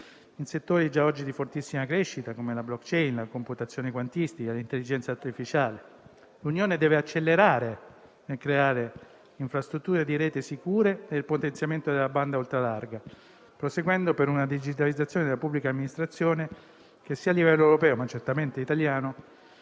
in settori già oggi di fortissima crescita, come la *blockchain,* la computazione quantistica, l'intelligenza artificiale. L'Unione deve accelerare nel creare infrastrutture di reti sicure e il potenziamento della banda ultralarga, proseguendo per una digitalizzazione della pubblica amministrazione che sia a livello europeo, ma certamente italiano,